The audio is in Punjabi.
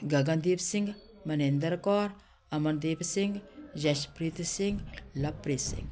ਗਗਨਦੀਪ ਸਿੰਘ ਮਨਿੰਦਰ ਕੌਰ ਅਮਨਦੀਪ ਸਿੰਘ ਯਸ਼ਪ੍ਰੀਤ ਸਿੰਘ ਲਵਪ੍ਰੀਤ ਸਿੰਘ